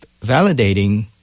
validating